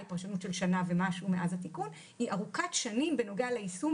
היא פרשנות של שנה ומשהו מאז התיקון היא ארוכת שנים בנוגע ליישום